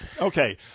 Okay